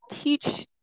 Teach